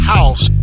House